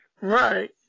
Right